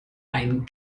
einen